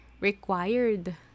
required